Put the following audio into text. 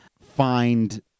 find